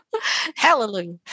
Hallelujah